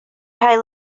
haul